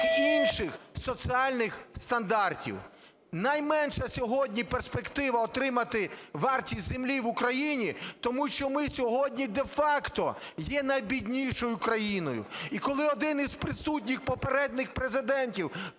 інших соціальних стандартів. Найменша сьогодні перспектива отримати вартість землі в Україні, тому що ми сьогодні де-факто є найбіднішою країною. І коли один із присутніх попередніх Президентів